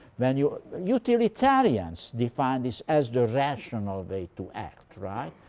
when you utilitarians define this as the rational way to act. right?